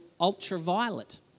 ultraviolet